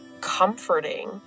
comforting